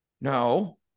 no